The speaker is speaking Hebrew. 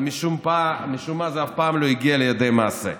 אבל משום מה זה אף פעם לא הגיע לידי מעשה,